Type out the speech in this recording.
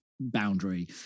boundary